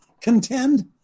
Contend